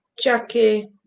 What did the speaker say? jackie